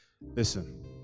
Listen